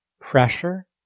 pressure